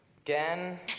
again